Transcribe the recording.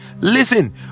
listen